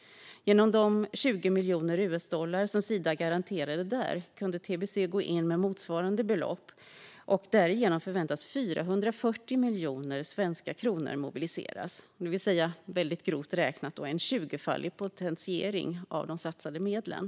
Genom de 20 miljoner US-dollar som Sida garanterade där kunde TBC gå in med motsvarande belopp. Därigenom förväntas 440 miljoner kronor mobiliseras, det vill säga mycket grovt räknat en tjugofaldig potentiering av de satsade medlen.